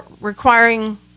requiring